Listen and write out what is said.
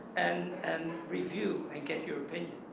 and and review, and get your opinion.